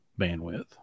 bandwidth